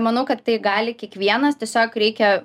manau kad tai gali kiekvienas tiesiog reikia